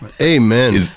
Amen